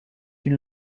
une